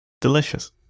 delicious